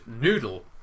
noodle